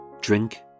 drink